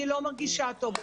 אני לא מרגישה טוב,